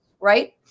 right